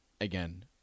again